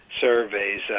surveys